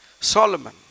Solomon